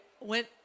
went